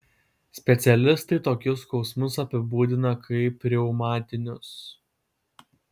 specialistai tokius skausmus apibūdina kaip reumatinius